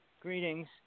Greetings